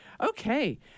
Okay